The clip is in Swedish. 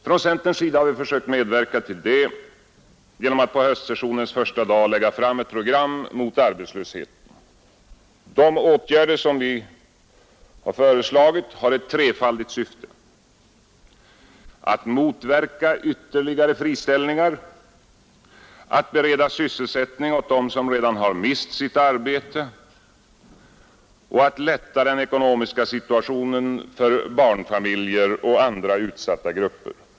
Från centerns sida har vi försökt medverka till det genom att på höstsessionens första dag lägga fram ett program mot arbetslösheten. De åtgärder som vi föreslagit har ett trefaldigt syfte: att motverka ytterligare friställningar, att bereda sysselsättning åt dem som redan har mist sitt arbete och att lätta den ekonomiska situationen för barnfamiljer och andra utsatta grupper.